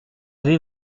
vais